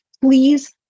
Please